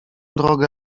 drogę